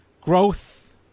growth